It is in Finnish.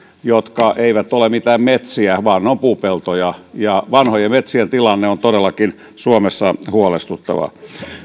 jotka eivät ole mitään metsiä vaan ne ovat puupeltoja vanhojen metsien tilanne on todellakin suomessa huolestuttava